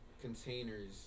containers